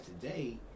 today